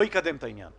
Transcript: לא תקדם את העניין.